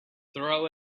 throw